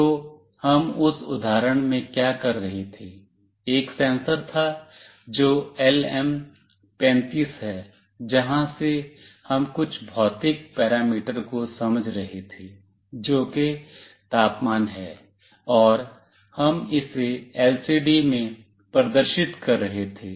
तो हम उस उदाहरण में क्या कर रहे थे एक सेंसर था जो LM35 है जहां से हम कुछ भौतिक पैरामीटर को समझ रहे थे जो कि तापमान है और हम इसे एलसीडी में प्रदर्शित कर रहे थे